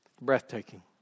Breathtaking